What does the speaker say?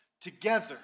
together